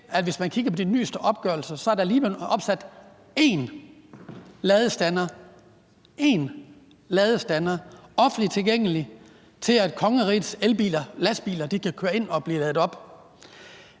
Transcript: at hvis man kigger på de nyeste opgørelser, så er der opsat én offentligt tilgængelig ladestander – én ladestander! – så kongerigets eldrevne lastbiler kan køre ind og blive ladet op.